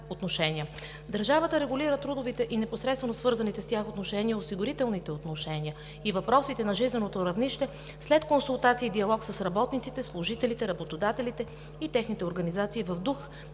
Държавата регулира трудовите и непосредствено свързаните с тях отношения, осигурителните отношения и въпросите на жизненото равнище след консултации и диалог с работниците, служителите, работодателите и техните организации в дух